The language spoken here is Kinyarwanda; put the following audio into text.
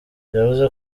yavuze